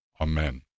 Amen